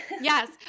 Yes